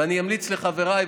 ואני אמליץ לחבריי,